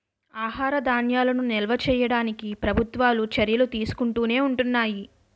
ఆహార ధాన్యాలను నిల్వ చేయడానికి ప్రభుత్వాలు చర్యలు తీసుకుంటునే ఉంటున్నాయి